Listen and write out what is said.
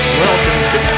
welcome